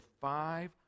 five